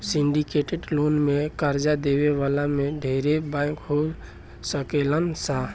syndicated loan में कर्जा देवे वाला में ढेरे बैंक हो सकेलन सा